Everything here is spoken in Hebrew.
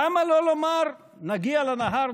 למה לא לומר: נגיע לנהר,